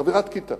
חברת כיתה